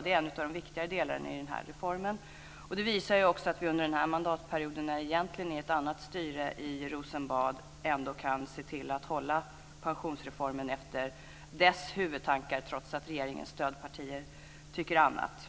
Det är en av de viktigare delarna i den här reformen. Det visar också att vi under den här mandatperioden, när det egentligen är ett annat styre i Rosenbad, kan se till att hålla pensionsreformen efter dess huvudtankar trots att regeringens stödpartier tycker annat.